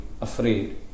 afraid